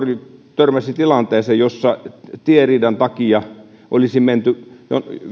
törmäsi tilanteeseen jossa tieriidan takia olisi menty